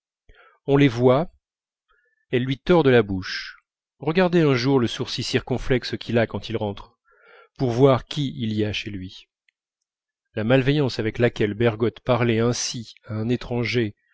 on les voit elles lui tordent la bouche regardez un jour le sourcil circonflexe qu'il a quand il rentre pour voir qui il y a chez lui la malveillance avec laquelle bergotte parlait ainsi à un étranger